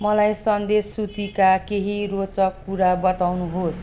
मलाई सन्देश सूचीका केही रोचक कुरा बताउनुहोस्